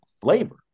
flavor